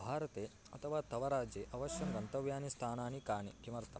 भारते अथवा तव राज्ये अवश्यं गन्तव्यानि स्थानानि कानि किमर्थम्